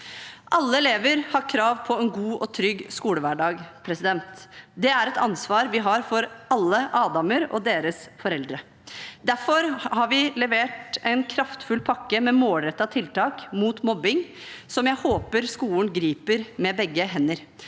Alle elever har krav på en god og trygg skolehverdag. Det er et ansvar vi har for alle Adamer og deres foreldre. Derfor har vi levert en kraftfull pakke med målrettede tiltak mot mobbing, som jeg håper skolen griper med begge hender.